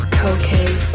cocaine